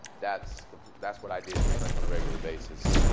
that's that's what i did pretty much on a regular basis.